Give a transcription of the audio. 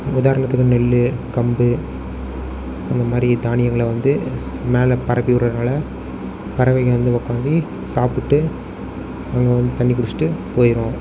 உதாரணத்துக்கு நெல் கம்பு அந்த மாதிரி தானியங்களை வந்து மேலே பரப்பி விடுறதுனால பறவைங்க வந்து உட்காந்து சாப்பிட்டு அங்கே வந்து தண்ணி குடித்துட்டு போயிடும்